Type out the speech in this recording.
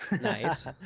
Nice